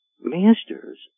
masters